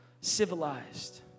civilized